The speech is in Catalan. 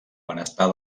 benestar